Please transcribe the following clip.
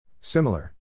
Similar